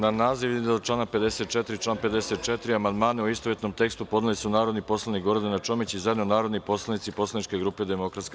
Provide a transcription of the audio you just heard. Na naziv iznad člana 54. i član 54. amandmane u istovetnom tekstu, podneli su narodni poslanik Gordana Čomić i zajedno narodni poslanici poslaničke grupe DS.